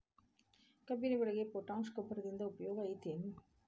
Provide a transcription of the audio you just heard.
ಕಬ್ಬಿನ ಬೆಳೆಗೆ ಪೋಟ್ಯಾಶ ಗೊಬ್ಬರದಿಂದ ಉಪಯೋಗ ಐತಿ ಏನ್?